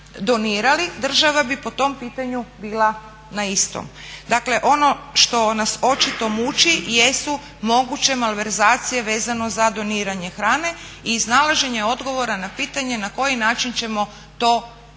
donirali država bi po tom pitanju bila na istom. Dakle, ono što nas očito muči jesu moguće malverzacije vezano za doniranje hrane i iznalaženje odgovora na pitanje na koji način ćemo to doniranje